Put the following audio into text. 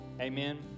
amen